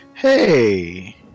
Hey